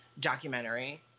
documentary